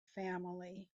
family